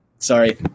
Sorry